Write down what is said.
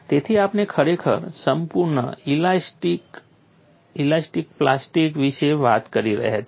તેથી આપણે ખરેખર સંપૂર્ણ ઇલાસ્ટિક અને ઇલાસ્ટિક પ્લાસ્ટિક વિશે વાત કરી રહ્યા છીએ